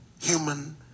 human